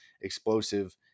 explosive